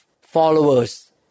followers